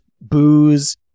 booze